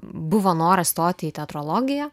buvo noras stoti į teatrologiją